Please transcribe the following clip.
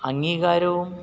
അംഗീകാരവും